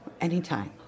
Anytime